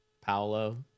Paolo